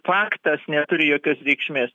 faktas neturi jokios reikšmės